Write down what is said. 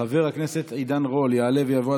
חבר הכנסת עידן רול, יעלה ויבוא.